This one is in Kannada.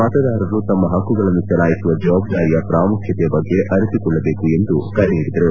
ಮತದಾರರು ತಮ್ಮ ಹಕ್ಕುಗಳನ್ನು ಚಲಾಯಿಸುವ ಜವಾಬ್ದಾರಿಯ ಪ್ರಾಮುಖ್ಯತೆಯ ಬಗ್ಗೆ ಅರಿತುಕೊಳ್ಳಬೇಕು ಎಂದು ಕರೆ ನೀಡಿದರು